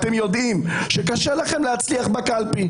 אתם יודעים שקשה לכם להצליח בקלפי,